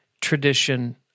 tradition